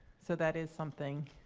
so that is something,